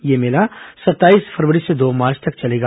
यह मेला सत्ताईस फरवरी से दो मार्च तक चलेगा